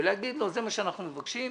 ולהגיד לו: זה מה שאנחנו מבקשים.